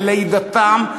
בלידתם,